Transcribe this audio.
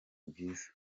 bwiza